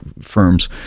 firms